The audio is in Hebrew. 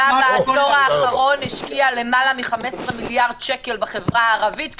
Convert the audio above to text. האחרון השקיע למעלה מ-15 מיליארד שקל בחברה הערבית,